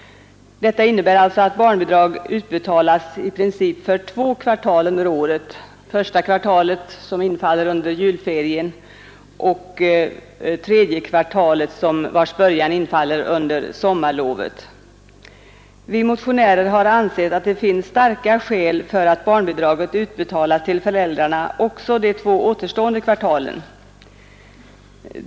Detta innebär att barnbidrag utbetalas i princip för två kvartal under året, första kvartalet som infaller under julferien och tredje kvartalet vars början infaller under sommarlovet. Vi motionärer har ansett att det finns starka skäl för att barnbidraget utbetalas till föräldrarna också de två återstående kvartalen.